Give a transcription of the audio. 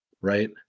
right